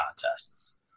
contests